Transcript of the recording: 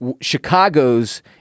Chicago's